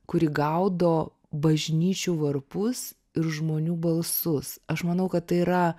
kuri gaudo bažnyčių varpus ir žmonių balsus aš manau kad tai yra